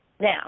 Now